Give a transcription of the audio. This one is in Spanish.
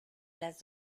las